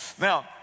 now